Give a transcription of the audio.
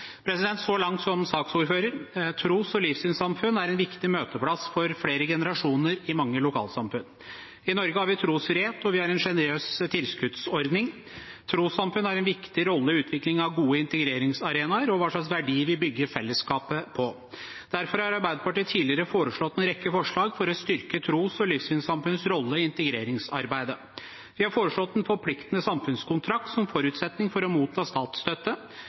Så langt – som saksordfører. Tros- og livssynssamfunn er en viktig møteplass for flere generasjoner i mange lokalsamfunn. I Norge har vi trosfrihet, og vi har en sjenerøs tilskuddsordning. Trossamfunn har en viktig rolle i utviklingen av gode integreringsarenaer og hva slags verdier vi bygger fellesskapet på. Derfor har Arbeiderpartiet tidligere foreslått en rekke forslag for å styrke tros- og livssynssamfunnenes rolle i integreringsarbeidet. Vi har foreslått en forpliktende samfunnskontrakt som forutsetning for å motta statsstøtte,